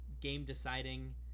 game-deciding